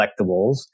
collectibles